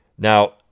Now